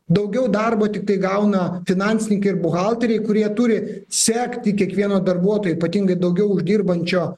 daugiau darbo tiktai gauna finansininkai ir buhalteriai kurie turi sekti kiekvieno darbuotojo ypatingai daugiau uždirbančio